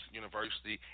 university